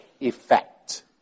effect